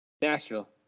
Nashville